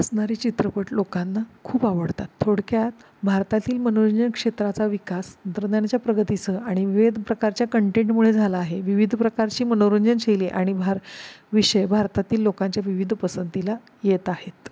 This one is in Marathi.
असणारे चित्रपट लोकांना खूप आवडतात थोडक्यात भारतातील मनोरंजन क्षेत्राचा विकास तंत्रज्ञानाच्या प्रगतीसह आणि विविध प्रकारच्या कंटेंटमुळे झाला आहे विविध प्रकारची मनोरंजनशैली आणि भार विषय भारतातील लोकांच्या विविध पसंतीला येत आहेत